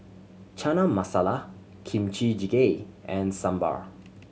Chana Masala Kimchi Jjigae and Sambar